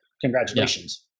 Congratulations